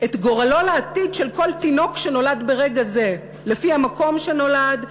את גורלו לעתיד של כל תינוק שנולד ברגע זה לפי המקום שנולד,